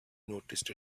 noticed